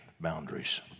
boundaries